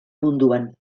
munduan